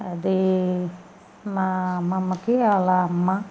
అది మా అమ్మమ్మకి వాళ్ళ అమ్మ